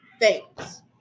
Thanks